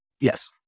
Yes